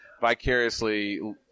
vicariously